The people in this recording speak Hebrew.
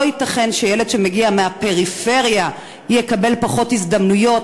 לא ייתכן שילד שמגיע מהפריפריה יקבל פחות הזדמנויות,